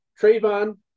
Trayvon